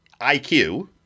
IQ